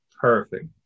Perfect